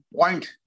point